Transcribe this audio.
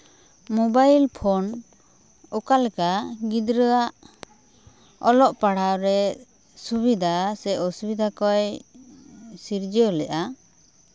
mobile phone ᱚᱠᱟ ᱞᱮᱠᱟ ᱜᱤᱫᱽᱨᱟᱹ ᱟᱜ ᱚᱞᱚᱜ ᱯᱟᱲᱦᱟᱣ ᱨᱮ ᱥᱩᱵᱤᱫᱷᱟ ᱥᱮ ᱚᱥᱩᱵᱤᱫᱷᱟ ᱠᱚᱭ ᱥᱤᱨᱡᱟᱹᱣ ᱞᱮᱜᱼᱟ